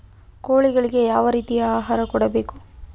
ಕೋಳಿಗಳಿಗೆ ಯಾವ ರೇತಿಯ ಆಹಾರ ಕೊಡಬೇಕು?